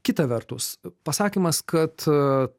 kita vertus pasakymas kad